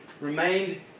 remained